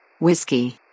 Whiskey